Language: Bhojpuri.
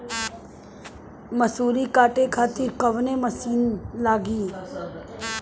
मसूरी काटे खातिर कोवन मसिन लागी?